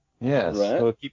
Yes